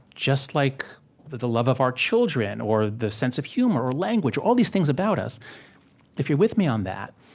just like the love of our children or the sense of humor or language, or all these things about us if you're with me on that,